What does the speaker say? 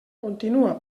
continua